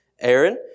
Aaron